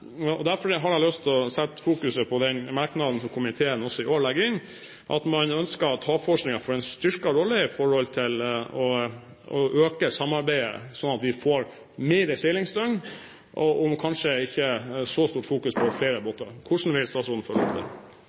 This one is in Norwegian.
med. Derfor har jeg lyst til å sette fokus på den merknaden som komiteen også i år har lagt inn. Man ønsker at havforskningen skal få en styrket rolle for å øke samarbeidet, slik at vi får flere seilingsdøgn, og kanskje ikke så stort fokus på flere båter. Hvordan vil statsråden